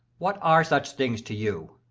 what are such things to you?